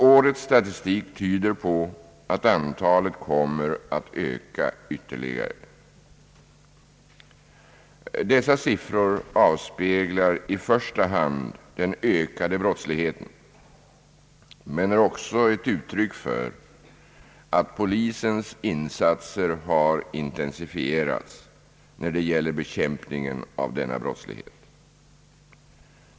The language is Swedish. Årets statistik tyder på att antalet kommer att öka ytterligare. Dessa siffror avspeglar i första hand den ökade brottsligheten men är också ett uttryck för att polisens insatser har intensifierats när det gäller bekämpningen av denna brottslighet.